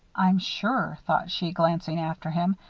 i'm sure, thought she, glancing after him,